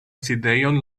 sidejon